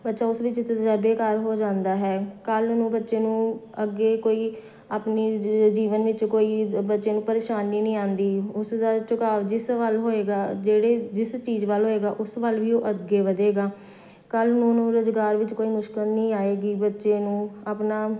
ਬੱਚਾ ਉਸ ਵਿੱਚ ਤਜ਼ਰਬੇਕਾਰ ਹੋ ਜਾਂਦਾ ਹੈ ਕੱਲ੍ਹ ਨੂੰ ਬੱਚੇ ਨੂੰ ਅੱਗੇ ਕੋਈ ਆਪਣੀ ਜ ਜੀਵਨ ਵਿੱਚ ਕੋਈ ਬੱਚੇ ਨੂੰ ਪਰੇਸ਼ਾਨੀ ਨਹੀਂ ਆਉਂਦੀ ਉਸ ਦਾ ਝੁਕਾਅ ਜਿਸ ਵੱਲ ਹੋਏਗਾ ਜਿਹੜੇ ਜਿਸ ਚੀਜ਼ ਵੱਲ ਹੋਏਗਾ ਉਸ ਵੱਲ ਵੀ ਉਹ ਅੱਗੇ ਵਧੇਗਾ ਕੱਲ੍ਹ ਨੂੰ ਉਹਨੂੰ ਰੁਜ਼ਗਾਰ ਵਿੱਚ ਕੋਈ ਮੁਸ਼ਕਿਲ ਨਹੀਂ ਆਏਗੀ ਬੱਚੇ ਨੂੰ ਆਪਣਾ